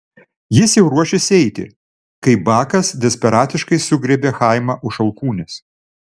jis jau ruošėsi eiti kai bakas desperatiškai sugriebė chaimą už alkūnės